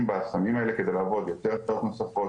בסמים האלה כדי לעבוד יותר שעות נוספות,